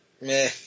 Meh